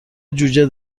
جوجه